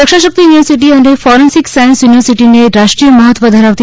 રક્ષાશક્તિ university અને forensic science યુનિવર્સિટિને રાષ્ટ્રીય મહત્વ ધરાવતી